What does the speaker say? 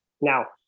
Now